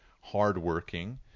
hardworking